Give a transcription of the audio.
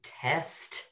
test